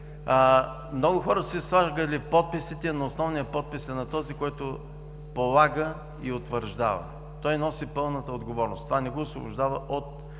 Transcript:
много хора са слагали подписите си, но основният подпис е на този, който полага и утвърждава. Той носи пълната отговорност. Не го освобождава от